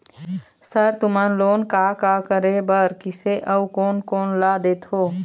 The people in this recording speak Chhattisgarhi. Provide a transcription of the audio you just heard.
सर तुमन लोन का का करें बर, किसे अउ कोन कोन ला देथों?